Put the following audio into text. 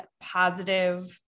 positive